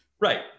right